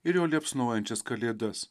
ir jo liepsnojančias kalėdas